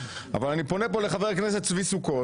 אבל אני פונה פה לחבר הכנסת צבי סוכות